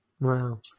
wow